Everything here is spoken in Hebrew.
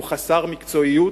הוא חסר מקצועיות